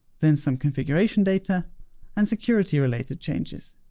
then some configuration data and security related changes.